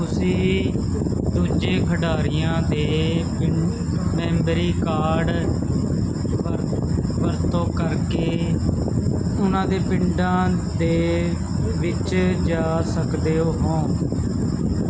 ਤੁਸੀਂ ਦੂਜੇ ਖਿਡਾਰੀਆਂ ਦੇ ਮੈਮਰੀ ਕਾਰਡ ਵ ਵਰਤੋਂ ਕਰਕੇ ਉਨ੍ਹਾਂ ਦੇ ਪਿੰਡਾਂ ਦੇ ਵਿੱਚ ਜਾ ਸਕਦੇ ਹੋ